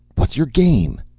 what's your game?